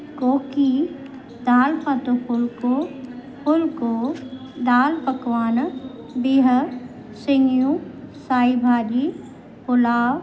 कोकी दालि पतु फुल्को फुल्को दालि पकवान बिहु सिङियूं साई भाॼी पुलाव